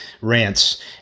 rants